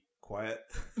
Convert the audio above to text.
quiet